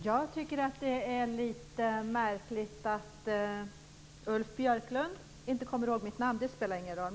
Herr talman! Det spelar ingen roll att Ulf Björklund inte kommer ihåg mitt namn - Rigmor Ahlstedt heter jag.